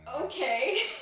Okay